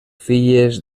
filles